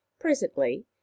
Presently